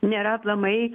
nėra aplamai